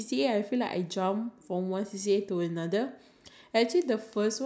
I think is nice to spend time is like you keep on working and working I think